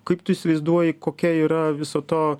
kaip tu įsivaizduoji kokia yra viso to